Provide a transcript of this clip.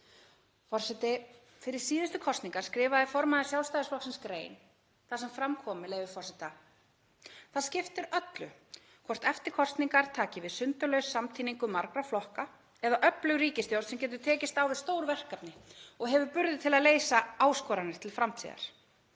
Forseti. Fyrir síðustu kosningar skrifaði formaður Sjálfstæðisflokksins grein þar sem fram kom, með leyfi forseta: „Það skiptir öllu hvort eftir kosningar taki við sundurlaus samtíningur margra flokka eða öflug ríkisstjórn sem getur tekist á við stór verkefni og hefur burði til að leysa áskoranir til framtíðar.“